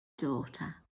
daughter